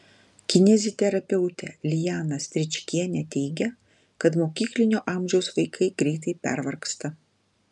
kineziterapeutė liana stričkienė teigia kad mokyklinio amžiaus vaikai greitai pervargsta